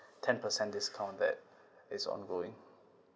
ten percent discount that is ongoing